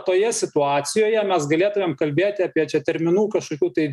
toje situacijoje mes galėtumėm kalbėti apie čia terminų kašokių tai